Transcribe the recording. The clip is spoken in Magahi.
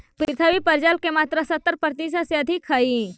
पृथ्वी पर जल के मात्रा सत्तर प्रतिशत से अधिक हई